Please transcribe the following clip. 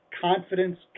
confidence